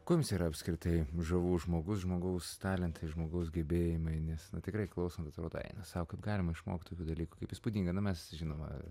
kuo jums yra apskritai žavus žmogus žmogaus talentai žmogaus gebėjimai nes tikrai klausant atrodo eina sau kaip galima išmokt tokių dalykų kaip įspūdinga na mes žinoma